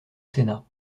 sénat